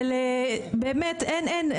של באמת אין אין,